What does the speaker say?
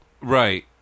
Right